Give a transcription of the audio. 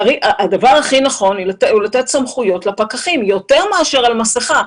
הדבר הכי נכון הוא לתת סמכויות לפקחים יותר מאשר על מסכה.